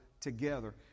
together